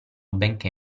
benchè